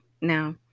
Now